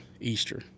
Easter